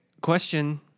question